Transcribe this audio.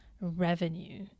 revenue